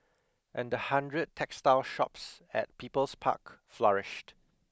and the hundred textile shops at People's Park flourished